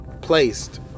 placed